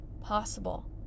possible